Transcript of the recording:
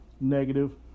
negative